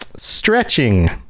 stretching